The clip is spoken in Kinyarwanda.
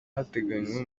hateganywa